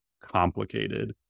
complicated